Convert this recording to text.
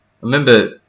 remember